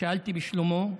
שאלתי לשלומו.